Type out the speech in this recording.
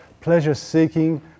pleasure-seeking